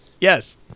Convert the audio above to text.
Yes